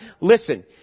Listen